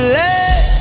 let